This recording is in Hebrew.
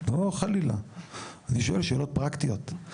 אני שואל שאלות פרקטיות,